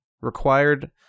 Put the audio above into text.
required